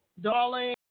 Darling